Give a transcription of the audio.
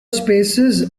spaces